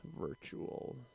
Virtual